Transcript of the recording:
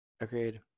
Agreed